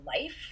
life